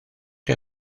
que